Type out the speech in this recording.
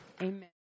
Amen